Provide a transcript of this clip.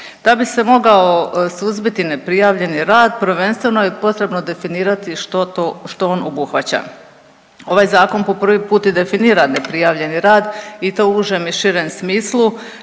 Da bi se mogao suzbiti neprijavljeni rad, prvenstveno je potrebno definirati što on obuhvaća. Ovaj Zakon po prvi put i definira neprijavljeni rad i to u užem i širem smislu.